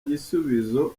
gisubizo